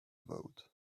vote